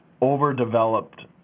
overdeveloped